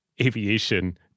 aviation